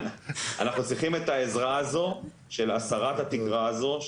אנחנו צריכים את העזרה הזו של הסרת התקרה הזו,